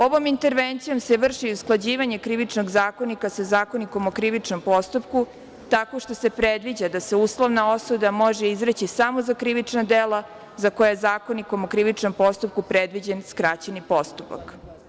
Ovom intervencijom se vrši usklađivanje Krivičnog zakonika sa Zakonikom o krivičnom postupku tako što se predviđa da se uslovna osuda može izreži samo za krivično delo za koje je Zakonikom o krivičnom postupku predviđen skraćeni postupak.